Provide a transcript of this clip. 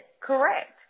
correct